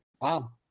Wow